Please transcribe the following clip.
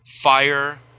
fire